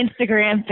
Instagram